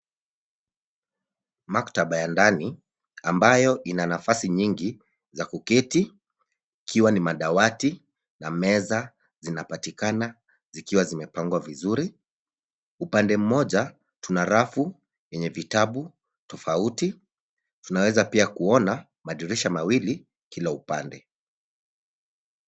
Maktaba ya ndani ambayo ina nafasi nyingi ya kuketi ikiwa ni madawati na meza zinapatikana zikiwa zimepangwa vizuri. Upande mmoja kuna rafu yenye vitabu tofauti. Tunaweza pia kuona madirisha mawili kila upande.